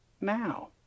now